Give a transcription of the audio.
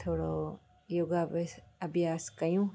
थोरो योगा अभ्य अभ्यास कयूं